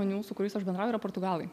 žmonių su kuriais aš bendrauju yra portugalai